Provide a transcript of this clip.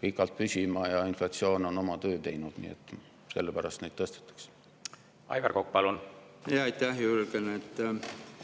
pikalt püsima ja inflatsioon on oma töö teinud, nii et sellepärast neid tõstetakse. Aivar Kokk, palun! Aitäh! Jürgen! Hea